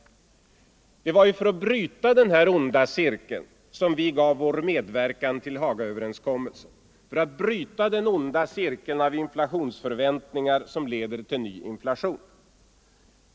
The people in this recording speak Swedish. Det var för att bryta denna onda cirkel av inflationsförväntningar som leder till ny inflation som vi gav vår medverkan till Hagaöverenskommelsen.